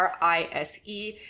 RISE